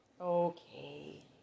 Okay